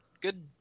good